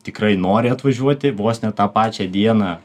tikrai nori atvažiuoti vos ne tą pačią dieną